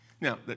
Now